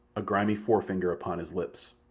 a grimy forefinger upon his lips.